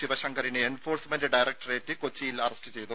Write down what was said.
ശിവശങ്കറിനെ enforcement directorate കൊച്ചിയിൽ arrest ചെയ്തു